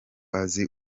azi